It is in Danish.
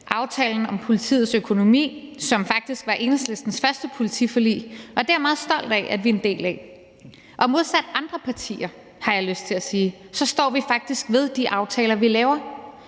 aftalen om politiets økonomi, som faktisk var det første politiforlig, Enhedslisten deltog i – og det er jeg meget stolt af at vi er en del af – og modsat andre partier, har jeg lyst til at sige, står vi faktisk ved de aftaler, vi laver.